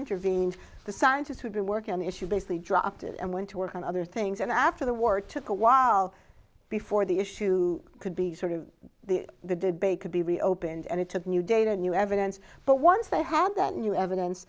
intervened the scientists who've been working on the issue basically dropped it and went to work on other things and after the war took a while before the issue could be sort of the debate could be reopened and it took new data new evidence but once they had that new evidence